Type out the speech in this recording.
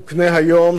שלם מחר,